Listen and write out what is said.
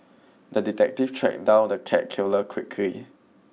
the detective tracked down the cat killer quickly